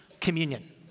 communion